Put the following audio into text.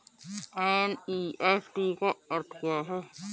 NEFT का अर्थ क्या है?